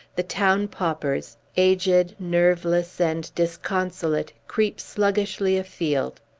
the town paupers, aged, nerveless, and disconsolate, creep sluggishly afield.